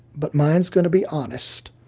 but mine's going to be honest